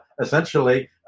essentially